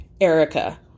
Erica